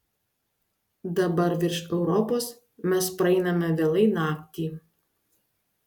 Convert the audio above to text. dabar virš europos mes praeiname vėlai naktį